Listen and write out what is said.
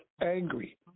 angry